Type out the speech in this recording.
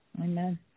Amen